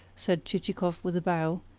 said chichikov with a bow,